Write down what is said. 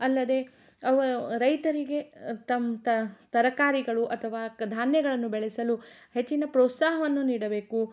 ಅಲ್ಲದೆ ಅವ ರೈತರಿಗೆ ತಮ್ಮ ತರಕಾರಿಗಳು ಅಥವಾ ಧಾನ್ಯಗಳನ್ನು ಬೆಳೆಸಲು ಹೆಚ್ಚಿನ ಪ್ರೋತ್ಸಾಹವನ್ನು ನೀಡಬೇಕು